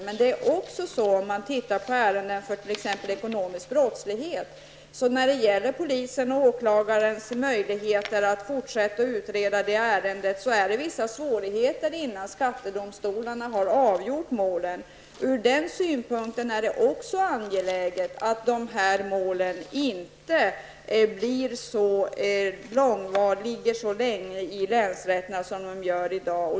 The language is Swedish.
Men det ger också svårigheter för polisen och åklagaren att fortsätta att utreda t.ex. ekonomisk brottslighet när skattedomstolarnas handläggningblir så långvarig i länsrätterna som i dag.